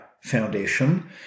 Foundation